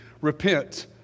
Repent